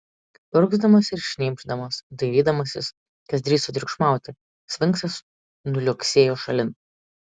urgzdamas ir šnypšdamas dairydamasis kas drįso triukšmauti sfinksas nuliuoksėjo šalin